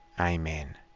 Amen